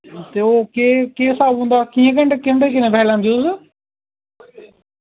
ते केह् स्हाब होंदा ते घैंटे दे किन्ने पैसे लैंदे तुस